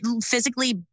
physically